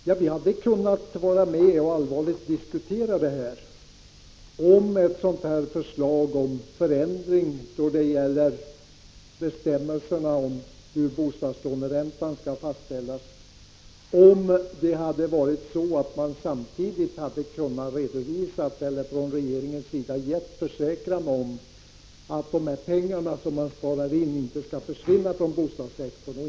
Men vi hade kunnat vara med och allvarligt diskutera ett förslag om förändring av bostadslåneräntan, om man från regeringens sida samtidigt hade gett en försäkran om att de pengar man sparar in inte skall försvinna från bostadssektorn.